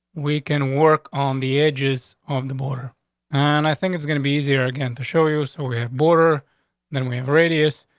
we can work on the edges off the border on. and i think it's gonna be easier again to show you. so we have border than we have radius.